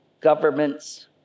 governments